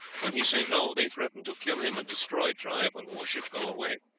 when he say no, they threaten to kill him and destroy tribe when warship go away.